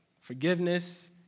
forgiveness